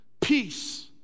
peace